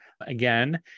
Again